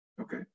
Okay